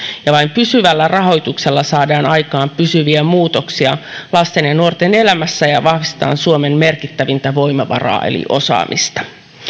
ja vain pysyvällä rahoituksella saadaan aikaan pysyviä muutoksia lasten ja nuorten elämässä ja vahvistetaan suomen merkittävintä voimavaraa eli osaamista